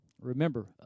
Remember